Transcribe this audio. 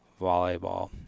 volleyball